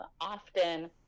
often